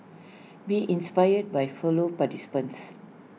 be inspired by follow participants